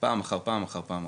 פעם אחד פעם אחר פעם?